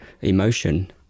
emotion